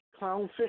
clownfish